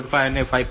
5 5